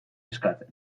eskatzen